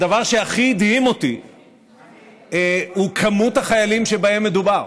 הדבר שהכי הדהים אותי הוא מספר החיילים שבהם מדובר.